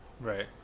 Right